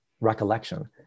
recollection